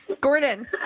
gordon